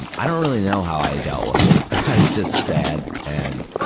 um i don't really know how i dealt with it. i was just sad and,